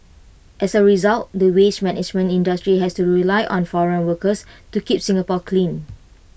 as A result the waste management industry has to rely on foreign workers to keep Singapore clean